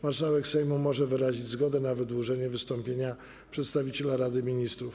Marszałek Sejmu może wyrazić zgodę na wydłużenie wystąpienia przedstawiciela Rady Ministrów.